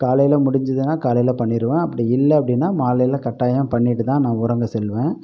காலையில் முடிஞ்சுதுனா காலையில் பண்ணிருவேன் அப்படி இல்லை அப்படின்னா மாலையில் கட்டாயம் பண்ணிகிட்டு தான் நான் உறங்க செல்வேன்